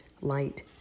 light